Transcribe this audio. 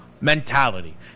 mentality